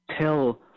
tell